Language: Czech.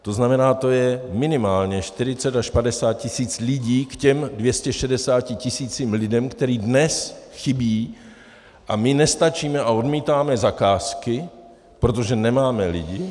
To znamená, to je minimálně 40 až 50 tisíc lidí k těm 260 tisícům lidí, kteří dnes chybí, a my nestačíme a odmítáme zakázky, protože nemáme lidi.